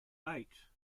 eight